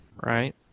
Right